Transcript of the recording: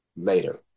later